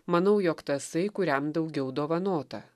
manau jog tasai kuriam daugiau dovanota